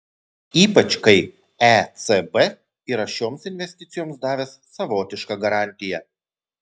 ypač kai ecb yra šioms investicijoms davęs savotišką garantiją